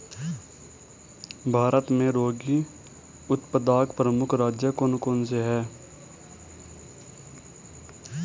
भारत में रागी उत्पादक प्रमुख राज्य कौन कौन से हैं?